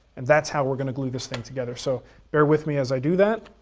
and that's how we're gonna glue this thing together. so bear with me as i do that.